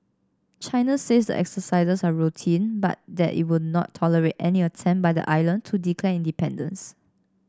China says the exercises are routine but that it will not tolerate any attempt by the island to declare independence